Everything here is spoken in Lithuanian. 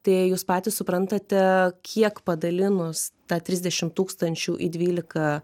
tai jūs patys suprantate kiek padalinus tą trisdešim tūkstančių į dvylika